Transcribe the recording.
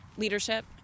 leadership